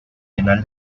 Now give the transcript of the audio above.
penal